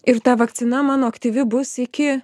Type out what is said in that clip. ir ta vakcina mano aktyvi bus iki